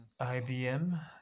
IBM